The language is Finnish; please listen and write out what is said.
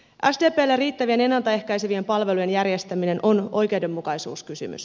sdplle riittävien ennalta ehkäisevien palvelujen järjestäminen on oikeudenmukaisuuskysymys